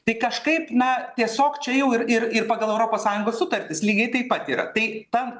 tai kažkaip na tiesiog čia jau ir ir ir pagal europos sąjungos sutartis lygiai taip pat yra tai ta